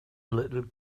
little